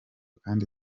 kandi